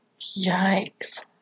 Yikes